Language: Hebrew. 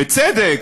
בצדק,